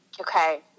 Okay